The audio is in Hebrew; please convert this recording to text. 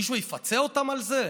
מישהו יפצה אותם על זה?